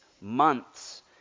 months